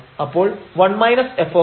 അപ്പോൾ 1 f